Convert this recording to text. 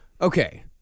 Okay